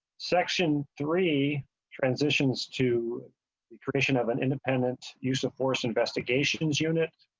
section three transitions to the creation of an independent use of force investigations unit.